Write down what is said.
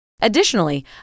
Additionally